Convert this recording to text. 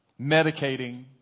medicating